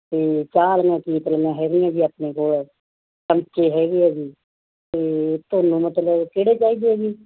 ਅਤੇ ਚਾਰ ਵਾਲੀਆਂ ਕੇਤਲੀਆਂ ਹੈਗੀਆਂ ਜੀ ਆਪਣੇ ਕੋਲ ਚਮਚੇ ਹੈਗੇ ਆ ਜੀ ਅਤੇ ਤੁਹਾਨੂੰ ਮਤਲਬ ਕਿਹੜੇ ਚਾਹੀਦੇ ਆ ਜੀ